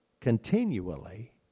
continually